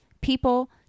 People